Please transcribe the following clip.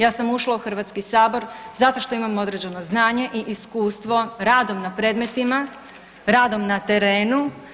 Ja sam ušla u Hrvatski sabor zato što imam određeno znanje i iskustvo radom na predmetima, radom na terenu.